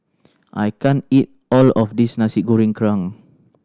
I can't eat all of this Nasi Goreng Kerang